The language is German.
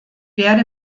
werde